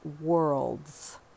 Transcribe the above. worlds